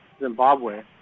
Zimbabwe